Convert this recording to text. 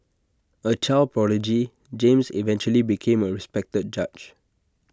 A child prodigy James eventually became A respected judge